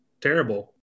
terrible